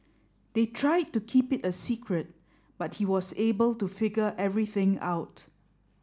they tried to keep it a secret but he was able to figure everything out